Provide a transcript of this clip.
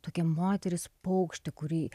tokia moteris paukštė kuri